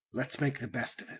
let's make the best of it.